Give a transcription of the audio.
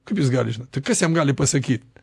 kaip jis gali žinot tai kas jam gali pasakyt